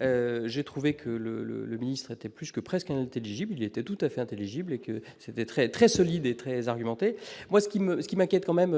j'ai trouvé que le le ministre était plus que presque intelligible, il était tout à fait intelligible et que c'était très très solide et très argumentée, moi ce qui me ce qui m'inquiète quand même,